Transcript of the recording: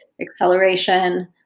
Acceleration